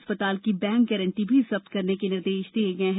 अस्पताल की bank guarantee भी जब्त करने के निर्देश दिए गये हैं